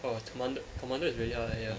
oh commander commander is really uh ya